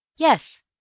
Yes